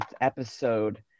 episode